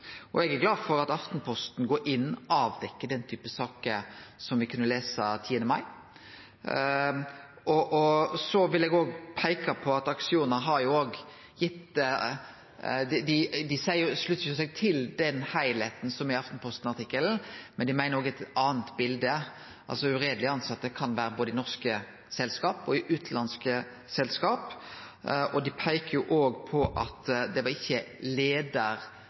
Eg er glad for at Aftenposten går inn og avdekkjer den typen saker som me kunne lese om 10. mai. Så vil eg òg peike på at Acciona sluttar seg til heilskapen i Aftenposten-artikkelen, men dei meiner òg det er eit anna bilde – ureielege tilsette kan det vere i både norske og utanlandske selskap. Dei peikar òg på at det ikkje var på leiarnivå desse ureielege tilsette var, det var på eit lågare nivå, ifølgje dei. Uansett er det viktig at